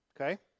okay